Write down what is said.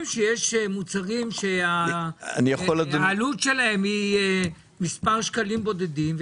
שיש מוצרים שהעלות שלהם היא מספר שקלים בודדים,